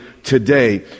today